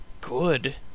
good